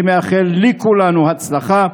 אני מאחל לכולנו הצלחה,